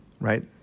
right